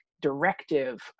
directive